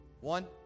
One